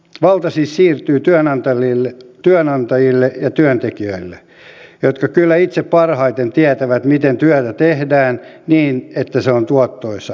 valta siis siirtyy työnantajille ja työntekijöille jotka kyllä itse parhaiten tietävät miten työtä tehdään niin että se on tuottoisaa